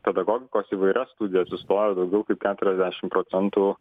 pedagogikos įvairias studijas įstojo daugiau kaip keturiasdešimt procentų